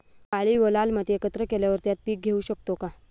काळी व लाल माती एकत्र केल्यावर त्यात पीक घेऊ शकतो का?